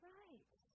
right